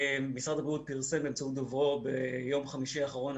משרד הבריאות פרסם באמצעות דוברו ביום חמישי האחרון,